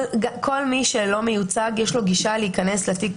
כל מי שלא מיוצג, יש לו גישה להיכנס לתיק.